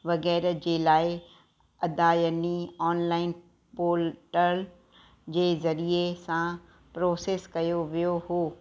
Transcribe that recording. वग़ैरह जे लाइ अदायनी ऑनलाइन पोल्टल जे ज़रिए सां प्रोसेस कयो वियो हो